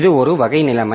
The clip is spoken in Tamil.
இது ஒரு வகை நிலைமை